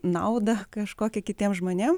naudą kažkokią kitiem žmonėm